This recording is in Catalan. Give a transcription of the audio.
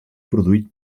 produït